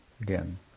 again